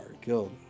killed